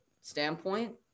standpoint